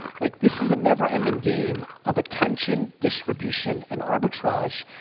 like, this is a never ending game of attention, distribution, and arbitrage,